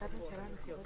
נדבר בהמשך.